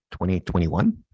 2021